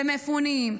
במפונים,